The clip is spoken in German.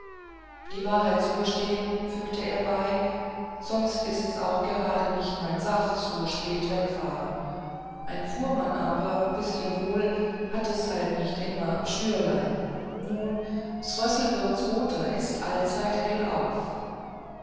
die wahrheit zu gestehn fügte er bei sonst ist es auch gerade nicht mein sach so spät wegfahren ein fuhrmann aber wißt ihr wohl hat es halt nicht immer am schnürlein nu s löwenwirts roter ist allzeit hell auf